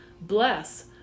bless